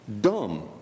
dumb